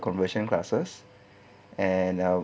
conversion classes and um